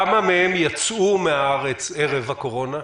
כמה מהם יצאו מהארץ ערב הקורונה?